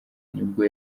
nibwo